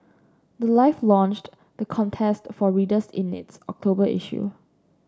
the life launched the contest for readers in its October issue